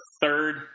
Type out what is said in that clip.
third